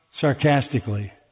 sarcastically